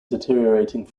deteriorating